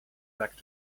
back